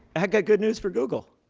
i've got good news for google.